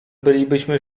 bylibyśmy